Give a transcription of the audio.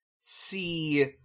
see